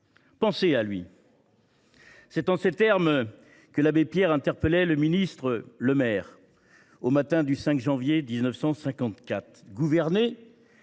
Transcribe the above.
Pensez à lui. » C’est en ces termes que l’abbé Pierre interpellait le ministre Maurice Lemaire, au matin du 5 janvier 1954.